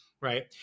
right